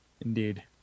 Indeed